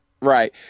Right